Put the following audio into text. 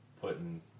putting